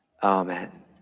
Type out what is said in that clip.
Amen